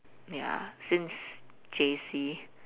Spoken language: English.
ya since J_C